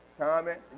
comment.